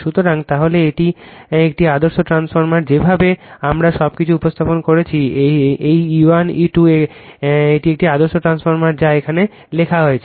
সুতরাং তাহলে এটি একটি আদর্শ ট্রান্সফরমার যেভাবে আমরা সবকিছু উপস্থাপন করেছি এটি এই E1 E2 এটি একটি আদর্শ ট্রান্সফরমার যা এখানে লেখা হয়েছে